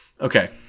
Okay